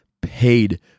paid